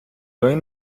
той